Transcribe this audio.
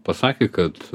pasakė kad